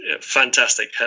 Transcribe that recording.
fantastic